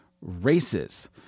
races